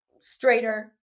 straighter